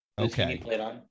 okay